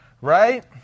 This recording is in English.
right